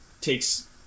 takes